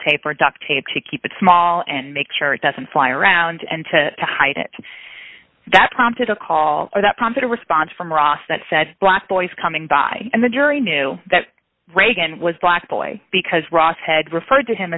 tape or duct tape to keep it small and make sure it doesn't fly around and to hide it that prompted a call that prompted a response from ross that said black boys coming by and the jury knew that reagan was black boy because ross had referred to him